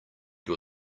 your